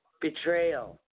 betrayal